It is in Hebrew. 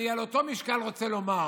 על אותו משקל אני רוצה לומר